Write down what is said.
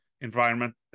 environment